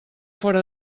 fora